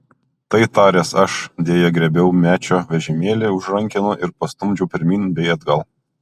tai taręs aš deja griebiau mečio vežimėlį už rankenų ir pastumdžiau pirmyn bei atgal